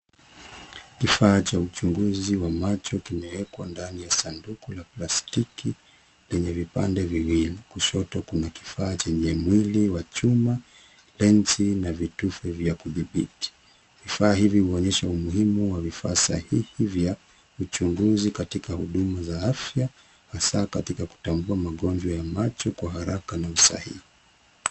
Kifaa cha uchunguzi wa macho kimewekwa ndani ya sanduku la plastiki lenye vipande viwili. Kushoto kuna kifaa chenye mwili wa chuma, lensi na vitufe vya kudhibiti. Vifaa hivi huonyesha umuhimu wa vifaa sahihi vya uchunguzi katika huduma za afya hasa katika kutambua magonjwa ya macho kwa haraka na usahihi.